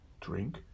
drink